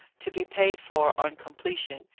to be paid for on completion.